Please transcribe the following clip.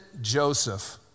Joseph